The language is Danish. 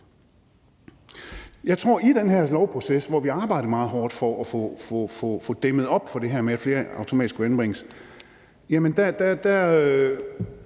at der i den her lovproces, hvor vi har arbejdet meget hårdt for at få dæmmet op for det her med, at flere automatisk skulle anbringes, var